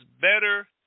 better